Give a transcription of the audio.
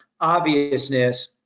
obviousness